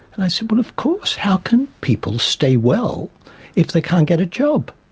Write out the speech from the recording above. and i said well of course, how can people stay well if they can't get a job,